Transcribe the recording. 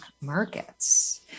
markets